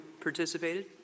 participated